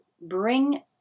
bring